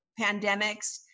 pandemics